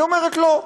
היא אומרת: לא,